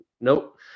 Nope